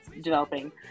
developing